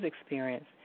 experience